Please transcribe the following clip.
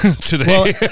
today